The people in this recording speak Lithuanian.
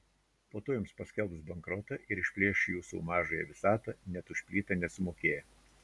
po to jums paskelbs bankrotą ir išplėš jūsų mažąją visatą net už plytą nesumokėję